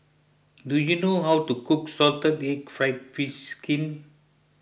do you know how to cook Salted Egg Fried Fish Skin